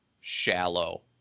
shallow